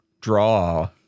draw